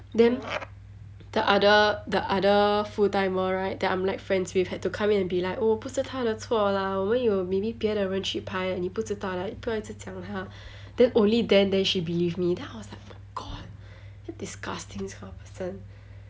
then the other the other full timer right that I'm like friends with had to come in and be like oh 哦不是她的错啦我们有别的人去排你不知道啦不要一直讲她 then only then then she believe me then I was like my god so disgusting this kind of person